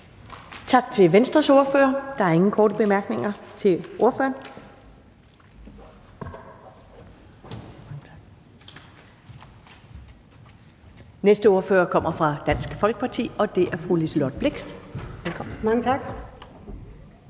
Tak til Venstres ordfører. Der er ingen korte bemærkninger til ordføreren. Den næste ordfører kommer fra Dansk Folkeparti, og det er fru Liselott Blixt. Velkommen. Kl.